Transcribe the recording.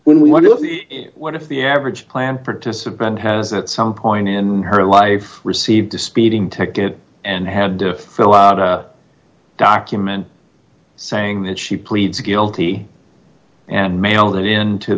as what if the average plan participant has some point in her life received a speeding ticket and had to fill out a document saying that she pleads guilty and mailed it into